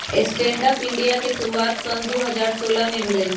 stand up India के शुरुआत सन दू हज़ार सोलह में भेलइ